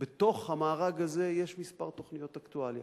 בתוך המארג הזה יש כמה תוכניות אקטואליה.